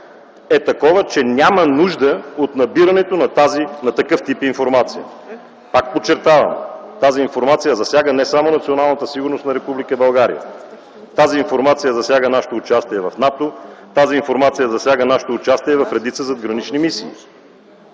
е такова, че няма нужда от набирането на такъв тип информация. Пак подчертавам, тази информация засяга не само националната сигурност на Република България. Тя засяга нашето участие в НАТО, нашето участие в редица задгранични мисии.